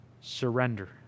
surrender